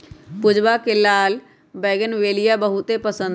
पूजवा के लाल बोगनवेलिया बहुत पसंद हई